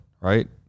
right